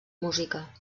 música